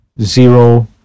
zero